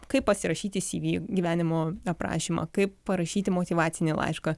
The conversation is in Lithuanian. kai pasirašyti cy vy gyvenimo aprašymą kaip parašyti motyvacinį laišką